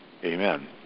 Amen